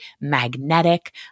magnetic